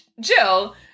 Jill